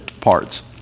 parts